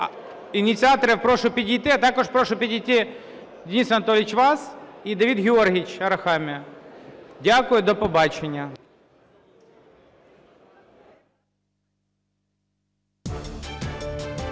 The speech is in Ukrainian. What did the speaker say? Ініціаторів прошу підійти, а також прошу підійти, Денис Анатолійович, вас, і Давид Георгійович Арахамія. Дякую. До побачення.